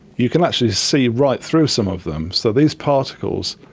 you can actually see right through some of them. so these particles,